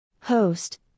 Host